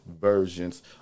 versions